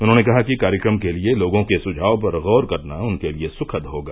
उन्होंने कहा कि कार्यक्रम के लिए लोगों के सुझाव पर गौर करना उनके लिए सुखद होगा